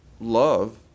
love